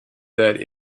that